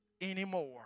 anymore